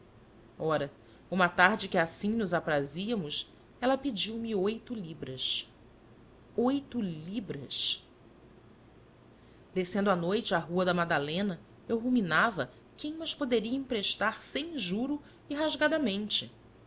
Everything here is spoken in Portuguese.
ora uma tarde que assim nos aprazíamos ela pediu-me oito libras oito libras descendo à noite a rua da madalena eu ruminava quem mas poderia emprestar sem juro e rasgadamente